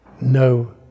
no